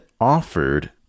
offered